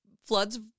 Flood's